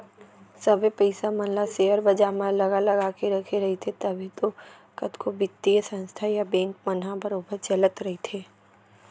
सबे पइसा मन ल सेयर बजार म लगा लगा के रखे रहिथे तभे तो कतको बित्तीय संस्था या बेंक मन ह बरोबर चलत रइथे